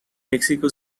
mexico